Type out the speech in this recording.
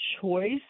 choice